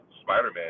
spider-man